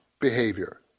behavior